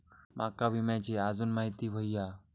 माका विम्याची आजून माहिती व्हयी हा?